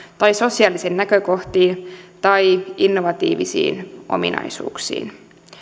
tai sosiaalisiin näkökohtiin tai innovatiivisiin ominaisuuksiin